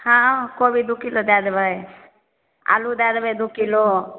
हँ कोबी दू किलो दै देबै आलू दै देबै दू किलो